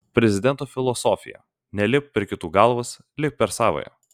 prezidento filosofija nelipk per kitų galvas lipk per savąją